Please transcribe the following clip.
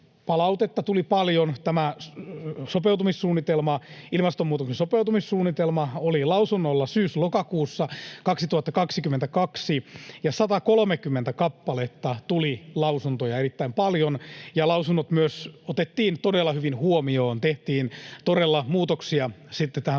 lausuntopalautetta tuli paljon. Tämä ilmastonmuutokseen sopeutumissuunnitelma oli lausunnolla syys—lokakuussa 2022, ja 130 kappaletta tuli lausuntoja — erittäin paljon. Lausunnot myös otettiin todella hyvin huomioon, tehtiin todella muutoksia tähän suunnitelmaan